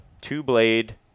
two-blade